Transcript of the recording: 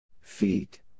Feet